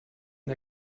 der